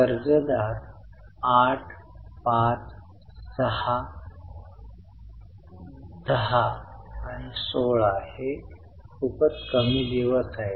कर्जदार 8 5 6 10 आणि 16 हे खूपच कमी दिवस आहेत